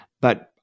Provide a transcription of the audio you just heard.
but-